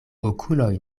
okuloj